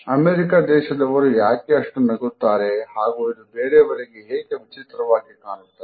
America ದೇಶದವರು ಯಾಕೆ ಅಷ್ಟು ನಗುತ್ತಾರೆ ಹಾಗೂ ಇದು ಬೇರೆಯವರಿಗೆ ಏಕೆ ವಿಚಿತ್ರವಾಗಿ ಕಾಣುತ್ತದೆ